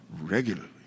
regularly